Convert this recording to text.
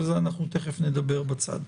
אבל על זה אנחנו תיכף נדבר בצד.